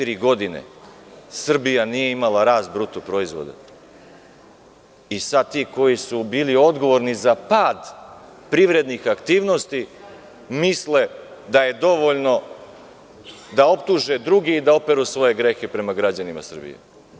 Četiri godine Srbija nije imala rast BDP i sada ti koji su bili odgovorni za pad privrednih aktivnosti misle da je dovoljno da optuže druge i da operu svoje grehe prema građanima Srbije.